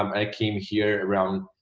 um i came here around